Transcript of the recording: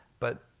but,